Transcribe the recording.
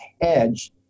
hedge